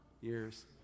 years